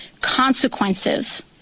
consequences